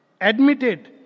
Admitted